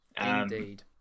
Indeed